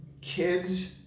kids